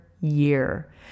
year